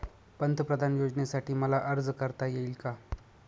पंतप्रधान योजनेसाठी मला अर्ज करता येईल का?